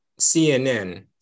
CNN